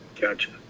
Gotcha